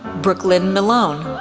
brooklynn milone,